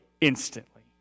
instantly